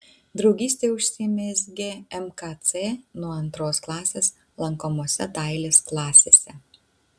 draugystė užsimezgė mkc nuo antros klasės lankomose dailės klasėse